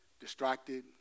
distracted